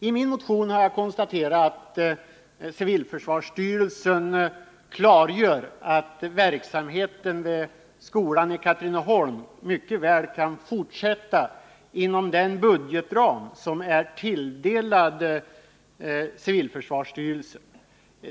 I min motion har jag konstaterat att civilförsvarsstyrelsen klargör att verksamheten vid skolan i Katrineholm mycket väl kan fortsätta inom den budgetram som gäller för civilförsvarsstyrelsen.